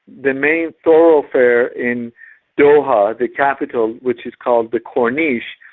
the main thoroughfare in doha, the capital, which is called the corniche,